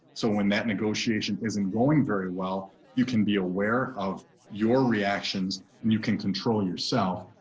so when that negotiation isn't going very well you can be aware of your reactions and you can control yourself.